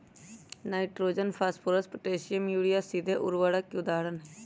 nitrogen, phosphorus, potassium, urea सीधे उर्वरक के उदाहरण हई